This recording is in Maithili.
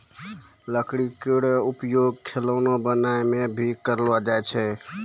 लकड़ी केरो उपयोग खिलौना बनाय म भी करलो जाय छै